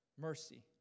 Mercy